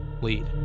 lead